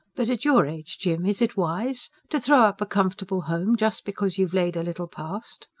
but at your age, jim, is it wise to throw up a comfortable home, just because you've laid a little past?